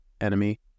enemy